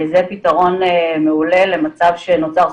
זה פתרון מעולה למצב שנוצר פה.